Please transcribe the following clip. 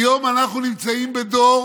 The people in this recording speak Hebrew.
היום אנחנו נמצאים בדור